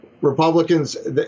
Republicans